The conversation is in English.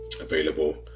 available